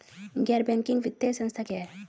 गैर बैंकिंग वित्तीय संस्था क्या है?